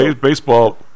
baseball